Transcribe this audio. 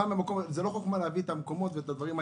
זאת לא חכמה להביא את הדברים היפים.